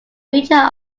feature